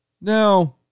Now